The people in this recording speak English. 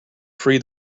free